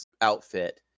outfit